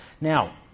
Now